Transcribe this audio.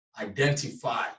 identify